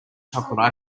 chocolate